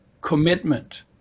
commitment